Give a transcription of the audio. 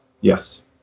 Yes